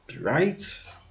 right